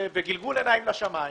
בגלגול עיניים לשמים,